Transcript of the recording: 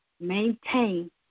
Maintain